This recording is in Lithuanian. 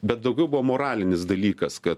bet daugiau buvo moralinis dalykas kad